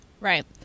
Right